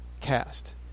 cast